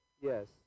Yes